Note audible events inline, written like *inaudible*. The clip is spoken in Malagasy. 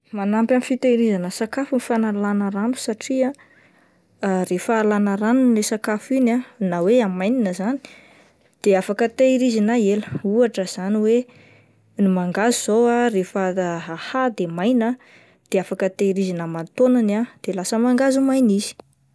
Manampy amin'ny fitahirizana sakafo ny fanalana rano satria *hesitation* rehefa alana ranony ilay sakafo iny na hoe amainina izany *noise* de afaka tehieizina ela ohatra izany hoe ny mangahazo zao ah rehefa ad-ahahy de maina de afaka tehirizina aman-taonany ah de lasa mangahazo maina izy.